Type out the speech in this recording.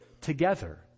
together